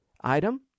item